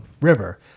river